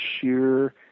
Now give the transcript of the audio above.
sheer